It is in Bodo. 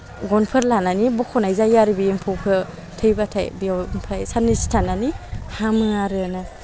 गनफोर लानानै बख'नाय जायो आरो बे एम्फौखौ थैबाथाय बेयाव ओमफ्राय साननैसो थानानै हामो आरो